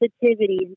positivity